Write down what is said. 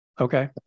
Okay